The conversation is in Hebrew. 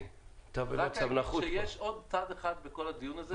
רק להגיד שיש עוד צד אחד בכלה דיון הזה,